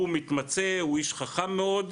הוא מתמצא, הוא איש חכם מאוד,